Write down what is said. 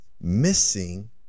missing